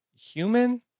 human